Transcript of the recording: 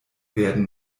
werden